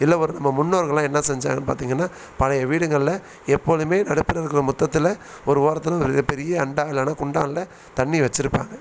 எல்லாம் வரு நம்ம முன்னோர்களெலாம் என்ன செஞ்சாங்கன்னு பார்த்தீங்கன்னா பழைய வீடுங்களில் எப்பொழுதுமே நடுப்புற இருக்கிற மொத்தத்தில் ஒரு வாரத்தில் மிக பெரிய அண்டா இல்லைன்னா குண்டானில் தண்ணி வெச்சுருப்பாங்க